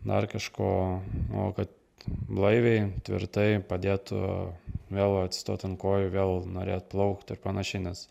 dar kažkuo o kad blaiviai tvirtai padėtų vėl atsistoti ant kojų vėl norėt plaukt ir panašiai nes